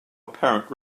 apparent